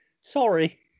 Sorry